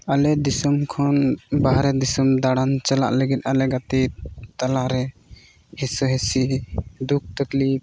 ᱟᱞᱮ ᱫᱤᱥᱚᱢ ᱠᱷᱚᱱ ᱵᱟᱦᱨᱮ ᱫᱤᱥᱚᱢ ᱫᱟᱬᱟᱱ ᱪᱟᱞᱟᱜ ᱞᱟᱹᱜᱤᱫ ᱟᱞᱮ ᱜᱟᱛᱮ ᱛᱟᱞᱟᱨᱮ ᱦᱤᱥᱟᱹ ᱦᱤᱥᱤ ᱫᱩᱠᱷ ᱛᱟᱠᱷᱞᱤᱯ